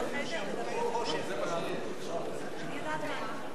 שבועיים היו בהפגנות לבוא ולהצביע בעד חוק